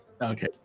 Okay